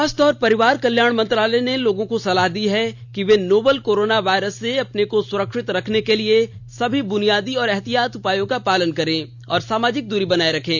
स्वास्थ्य और परिवार कल्याण मंत्रालय ने लोगों को सलाह दी है कि ये नोवल कोरोना वायरस से अपने को सुरक्षित रखने के लिए सभी बुनियादी एहतियाती उपायों का पालन करें और सामाजिक दूरी बनाए रखें